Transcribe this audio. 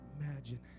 Imagine